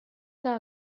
que